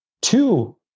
two